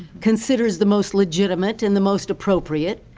considers the most legitimate and the most appropriate,